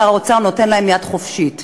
שר האוצר נותן להם יד חופשית.